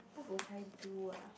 what would I do ah